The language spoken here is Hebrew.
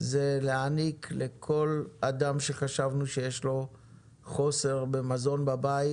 זה להעניק לכל אדם שחשבנו שיש לו חוסר במזון בבית